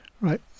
Right